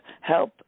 help